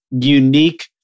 unique